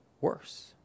worse